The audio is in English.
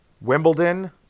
Wimbledon